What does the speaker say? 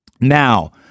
Now